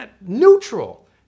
neutral